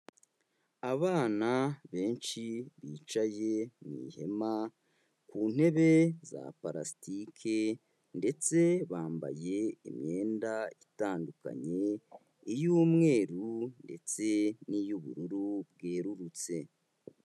Abana benshi bicaye mu ihema ku ntebe za palasitike ndetse bambaye imyenda itandukanye iy'umweru ndetse n'iy'ubururu bwerurutse.